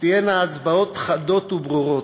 תהיינה הצבעות חדות וברורות,